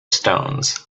stones